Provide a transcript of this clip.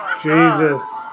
Jesus